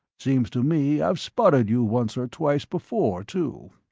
seems to me i've spotted you once or twice before, too.